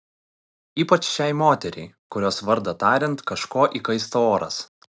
ypač šiai moteriai kurios vardą tariant kažko įkaista oras